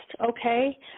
okay